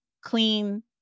clean